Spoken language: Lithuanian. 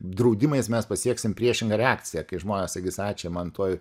draudimais mes pasieksim priešingą reakciją kai žmonės sakys a čia man tuoj